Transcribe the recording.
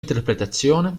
interpretazione